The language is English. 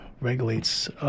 regulates